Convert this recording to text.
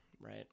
right